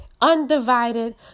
Undivided